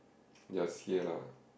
just hear lah